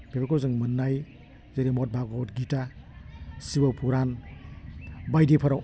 बेफोरखौ जों मोन्नाय जेरै महाभारत गिता सिब' पुरान बायदिफोराव